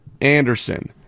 Anderson